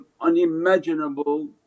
unimaginable